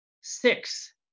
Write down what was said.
six